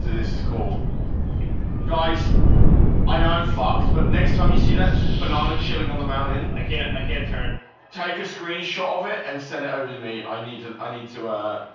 this is cool guys, i know i'm fucked but next time you see that banana chillin on the mountain i can't i can't turn take a screenshot of it and send it over to me i need to and i need to ah,